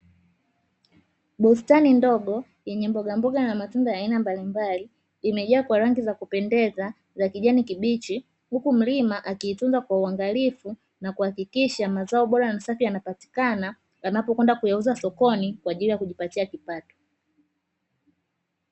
Bustani ndogo yenye mbogamboga na matunda mbalimbali imejaa kwa rangi za kupendeza za kijani kibichi, huku mkulima akiitunza kwa uangalifu na kuhakikisha mazao bora na safi yanapatikana anapokwenda kuyauza sokoni kwa ajili ya kujipatia kipato.